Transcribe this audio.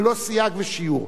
ללא סייג ושיור.